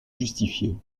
justifiée